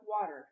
water